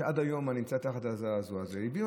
עד היום אני נמצא תחת הזעזוע הזה הביאו